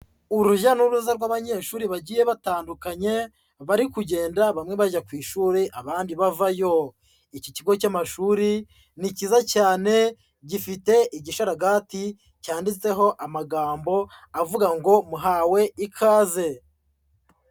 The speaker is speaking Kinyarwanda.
Urujya n'uruza rw'abanyeshuri bagiye batandukanye, bari kugenda bamwe bajya ku ishuri abandi bavayo, iki kigo cy'amashuri ni cyiza cyane, gifite igisharagati cyanditseho amagambo avuga ngo: Muhawe ikaze.